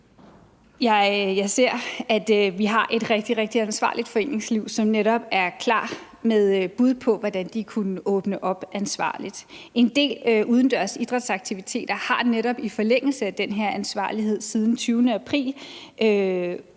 Jeg ser, at vi har et rigtig, rigtig ansvarligt foreningsliv, som netop er klar med et bud på, hvordan de kunne åbne ansvarligt op. En del udendørs idrætsaktiviteter har netop i forlængelse af den her ansvarlighed siden den 20. april kunnet